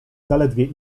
zaledwie